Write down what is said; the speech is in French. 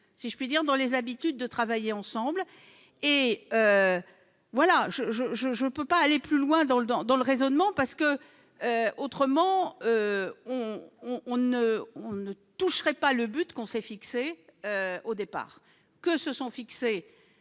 si je puis dire, dans les habitudes de travailler ensemble. Je ne peux pas aller plus loin dans le raisonnement ; autrement, on n'atteindrait pas le but que l'on s'est fixé au départ, que se sont fixé